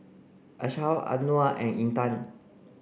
Ashraff Anuar and Intan